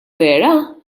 vera